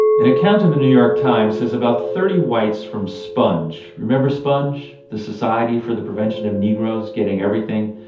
an account in the new york times says about thirty whites from sponge, remember sponge, the society for the prevention of negroes getting everything.